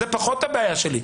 זה פחות הבעיה שלי.